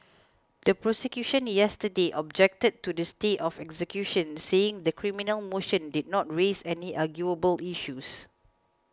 the prosecution yesterday objected to the stay of execution saying the criminal motion did not raise any arguable issues